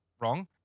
wrong